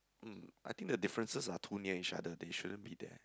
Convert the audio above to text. mm I think the differences are too near each other they shouldn't be there